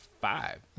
five